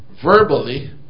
verbally